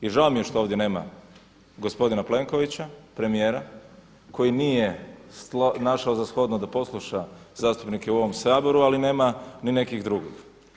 I žao mi je što ovdje nema gospodina Plenkovića, premijera koji nije našao za shodno da posluša zastupnike u ovom Saboru ali nema ni nekih drugih.